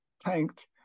tanked